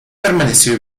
permaneció